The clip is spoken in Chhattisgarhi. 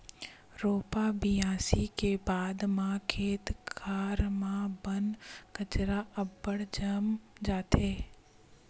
रोपा बियासी के बाद म खेत खार म बन कचरा अब्बड़ जाम जाथे